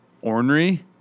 ornery